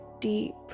deep